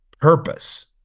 purpose